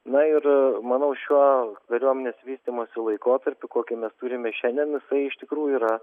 na ir manau šiuo kariuomenės vystymosi laikotarpiu kokį mes turime šiandien jisai iš tikrųjų yra